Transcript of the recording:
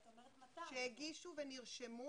כי את אומרת 200. שהגישו ונרשמו,